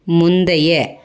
முந்தைய